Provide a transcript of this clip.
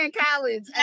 college